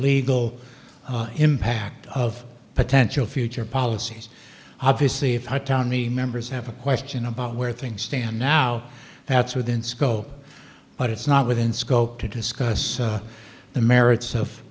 legal impact of potential future policies obviously if the town the members have a question about where things stand now that's within scope but it's not within scope to discuss the merits of